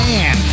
Man